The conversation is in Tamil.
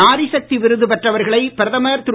நாரிசக்தி விருது பெற்றவர்களை பிரதமர் திரு